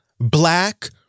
black